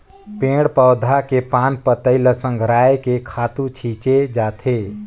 पेड़ पउधा के पान पतई ल संघरायके खातू छिछे जाथे